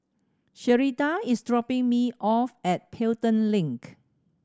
Sherita is dropping me off at Pelton Link